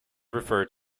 referred